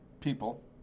people